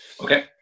okay